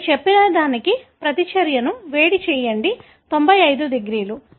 మీరు చెప్పడానికి ప్రతిచర్యను వేడి చేయండి 95 డిగ్రీలు